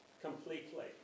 completely